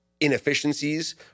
inefficiencies